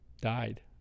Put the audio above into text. died